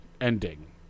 ending